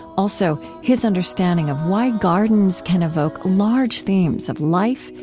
also, his understanding of why gardens can evoke large themes of life,